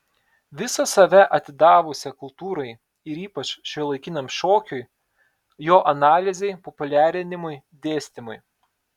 visą save atidavusią kultūrai ir ypač šiuolaikiniam šokiui jo analizei populiarinimui dėstymui